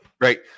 Right